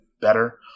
better